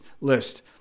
list